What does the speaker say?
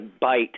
bite